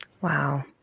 wow